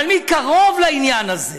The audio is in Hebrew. אבל מי קרוב לעניין הזה?